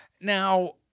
Now